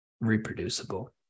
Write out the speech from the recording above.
Reproducible